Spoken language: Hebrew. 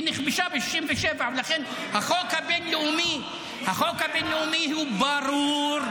היא נכבשה ב-67', ולכן החוק הבין-לאומי הוא ברור,